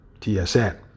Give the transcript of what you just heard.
TSN